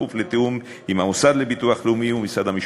בכפוף לתיאום עם המוסד לביטוח לאומי ומשרד המשפטים.